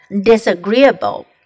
disagreeable